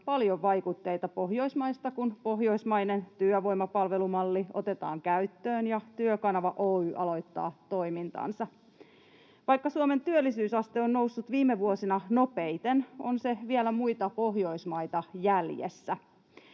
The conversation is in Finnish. paljon vaikutteita Pohjoismaista, kun pohjoismainen työvoimapalvelumalli otetaan käyttöön ja Työkanava Oy aloittaa toimintansa. Vaikka Suomen työllisyysaste on noussut viime vuosina nopeiten, on se vielä muita Pohjoismaita jäljessä.